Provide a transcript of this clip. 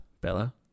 Bella